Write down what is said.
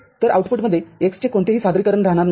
तर आऊटपुटमध्ये x चे कोणतेही सादरीकरण राहणार नाही